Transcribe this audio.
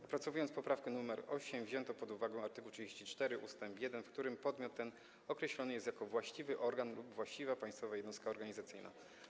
Opracowując poprawkę nr 8, wzięto pod uwagę art. 34 ust. 1, w którym podmiot ten określony jest jako właściwy organ lub właściwa państwowa jednostka organizacyjna.